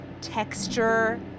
texture